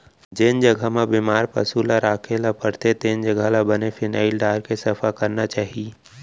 जेन जघा म बेमार पसु ल राखे ल परथे तेन जघा ल बने फिनाइल डारके सफा करना चाही